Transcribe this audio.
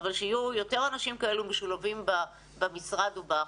אבל שיהיו יותר אנשים כאלו משולבים במשרד ובהחלטות.